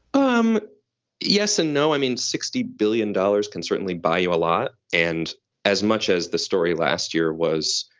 um yes and no. i mean, sixty billion dollars can certainly buy you a lot. and as much as the story last year was,